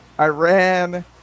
Iran